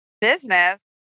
business